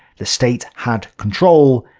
the state had control,